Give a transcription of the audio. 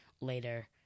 later